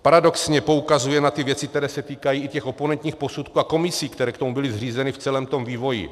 Paradoxně poukazuje na ty věci, které se týkají i těch oponentních posudků a komisí, které k tomu byly zřízeny v celém tom vývoji.